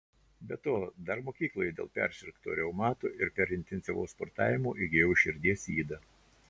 be to dar mokykloje dėl persirgto reumato ir per intensyvaus sportavimo įgijau širdies ydą